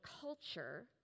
culture